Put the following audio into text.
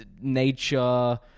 nature